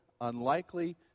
unlikely